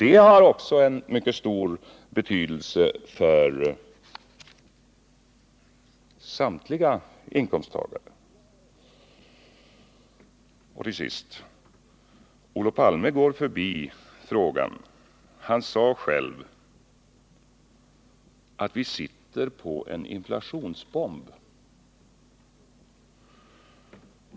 Det har också mycket stor betydelse för samtliga inkomsttagare. Till sist: Olof Palme går förbi en mycket viktig fråga. Han sade själv att vi sitter på en inflationsbomb.